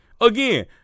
again